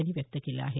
यांनी व्यक्त केलं आहे